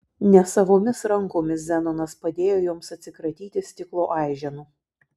nesavomis rankomis zenonas padėjo joms atsikratyti stiklo aiženų